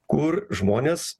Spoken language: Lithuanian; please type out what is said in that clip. kur žmonės